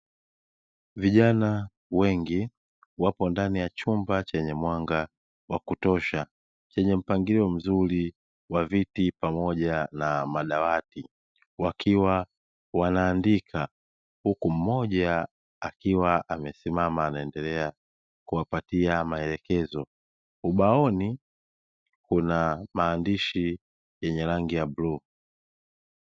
Vijana wengi wapo ndani ya chumba chenye mwanga wa kutosha; chenye mpangilio mzuri wa viti pamoja na madawati wakiwa wanaandika, huku mmoja akiwa amesimama anaendelea kuwapatia maelekezo. Ubaoni kuna maandishi yenye rangi ya bluu.